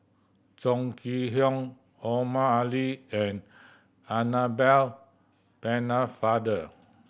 Chong Kee Hiong Omar Ali and Annabel Pennefather